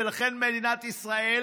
ולכן, מדינת ישראל,